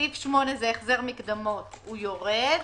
סעיף 8, זה החזר מקדמות, הוא יורד.